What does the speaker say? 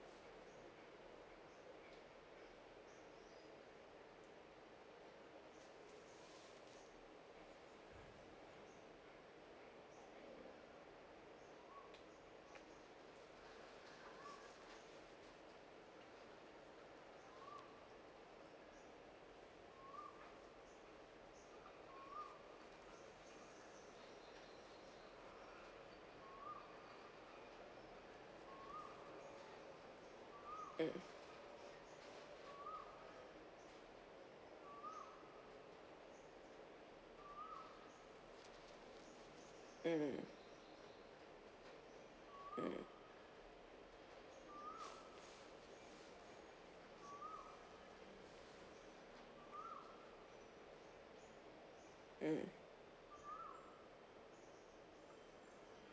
mm mm mm mm